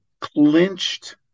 clinched